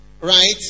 right